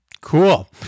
Cool